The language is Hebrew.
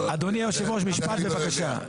אדוני יושב הראש, משפט בבקשה.